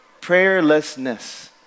Prayerlessness